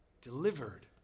delivered